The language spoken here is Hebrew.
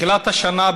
מתחילת השנה,